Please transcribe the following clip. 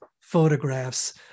photographs